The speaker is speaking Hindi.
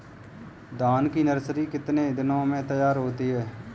धान की नर्सरी कितने दिनों में तैयार होती है?